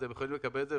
אז הן יכולות לקבל את זה,